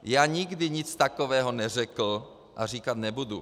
Já nikdy nic takového neřekl a říkat nebudu.